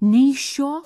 nei iš šio